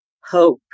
hope